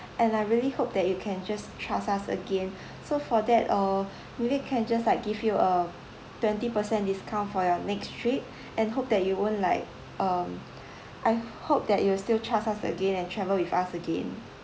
and I really hope that you can just trust us again so for that uh maybe we can just like give you a twenty per cent discount for your next trip and hope that you won't like um I hope that you will still trust us again and travel with us again